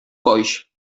coix